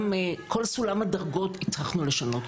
גם כל סולם הדרגות הצלחנו לשנות,